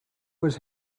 was